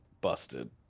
busted